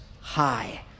high